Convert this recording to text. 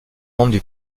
membres